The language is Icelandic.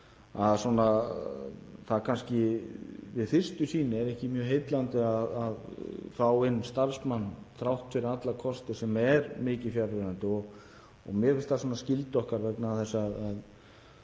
og vitum að kannski við fyrstu sýn er ekki mjög heillandi að fá inn starfsmann, þrátt fyrir alla kosti, sem er mikið fjarverandi. Mér finnst það skylda okkar vegna þess að